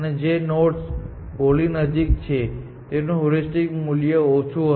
જે nodes goal ની નજીક છે તેનું હ્યુરિસ્ટિક મૂલ્ય ઓછું હશે